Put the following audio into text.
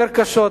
יותר קשות,